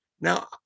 Now